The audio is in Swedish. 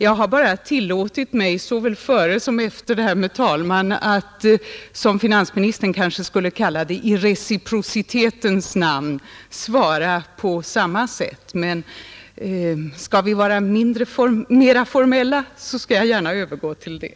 Jag har bara tillåtit mig såväl före som efter det jag blev vice talman att — som finansministern kanske skulle kalla det — i reciprocitetens namn svara på samma sätt. Men skall vi vara mera formella, skall jag gärna övergå till det.